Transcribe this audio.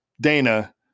Dana